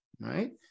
right